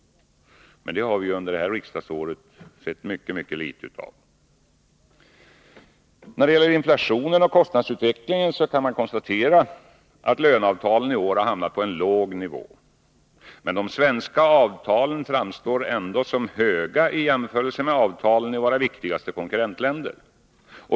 Men det har vi under det här riksdagsåret sett mycket litet av. När det gäller inflationen och kostnadsutvecklingen kan man konstatera, att löneavtalen i år har hamnat på en låg nivå. Men de svenska avtalen framstår ändå som höga i jämförelse med avtalen i våra viktigaste konkurrentländer.